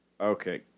Okay